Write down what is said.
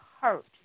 hurt